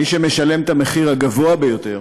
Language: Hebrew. מי שמשלם את המחיר הגבוה ביותר